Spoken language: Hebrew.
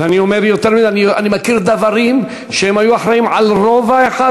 ואני אומר יותר מזה: אני מכיר דוורים שהיו אחראים לרובע אחד,